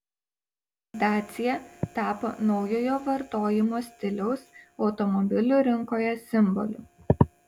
dacia tapo naujojo vartojimo stiliaus automobilių rinkoje simboliu